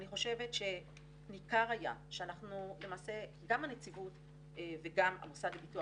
אני חושבת שגם הנציבות וגם המוסד לביטוח